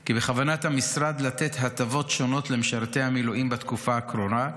כי בכוונת המשרד לתת הטבות שונות למשרתי המילואים בתקופה האחרונה,